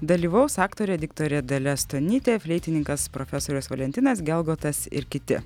dalyvaus aktorė diktorė dalia stonytė fleitininkas profesorius valentinas gelgotas ir kiti